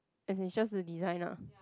as in it's just the design ah